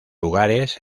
lugares